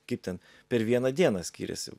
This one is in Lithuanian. kaip ten per vieną dieną skyrėsi